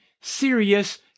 Serious